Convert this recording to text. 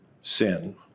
Sin